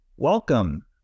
Welcome